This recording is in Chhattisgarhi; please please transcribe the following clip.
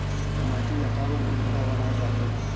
माटी ला काबर भुरभुरा बनाय जाथे?